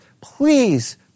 please